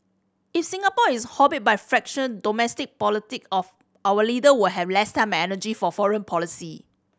if Singapore is hobbled by fraction domestic politic of our leader will have less time and energy for foreign policy